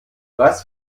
was